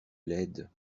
laide